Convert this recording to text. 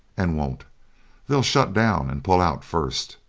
and won't they'll shut down and pull out first.